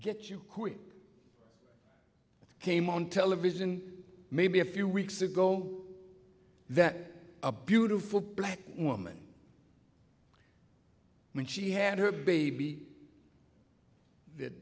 get you came on television maybe a few weeks ago that a beautiful black woman when she had her baby th